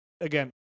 Again